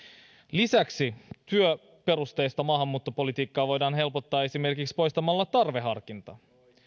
lisäksi työperusteista maahanmuuttopolitiikkaa voidaan helpottaa esimerkiksi poistamalla tarveharkintaa